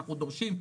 שאנחנו דורשים,